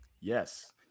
Yes